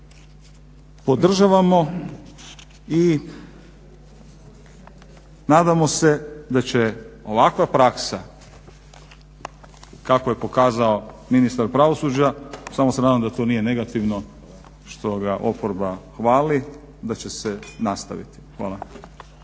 podržavamo i nadamo se da će ovakva praksa kakvu je pokazao ministar pravosuđa, samo se nadam da to nije negativno što ga oporba hvali, da će se nastaviti. Hvala.